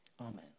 Amen